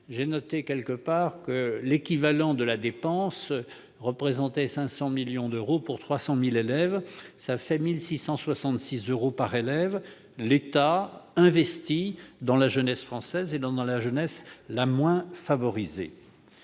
J'ai noté que la dépense représentait 500 millions d'euros pour 300 000 élèves, soit 1 666 euros par élève. L'État investit donc dans la jeunesse française et dans la jeunesse la moins favorisée.